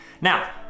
Now